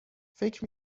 فکر